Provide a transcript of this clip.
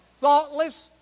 thoughtless